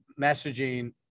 messaging